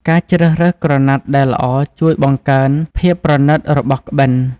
ការជ្រើសរើសក្រណាត់ដែលល្អជួយបង្កើនភាពប្រណីតរបស់ក្បិន។